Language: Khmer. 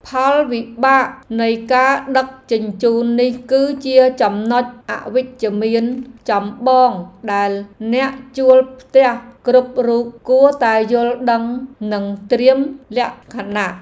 ផលវិបាកនៃការដឹកជញ្ជូននេះគឺជាចំណុចអវិជ្ជមានចម្បងដែលអ្នកជួលផ្ទះគ្រប់រូបគួរតែយល់ដឹងនិងត្រៀមលក្ខណៈ។